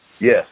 Yes